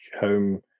home